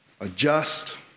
adjust